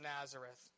Nazareth